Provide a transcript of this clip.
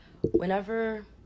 whenever